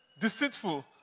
deceitful